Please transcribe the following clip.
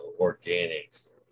organics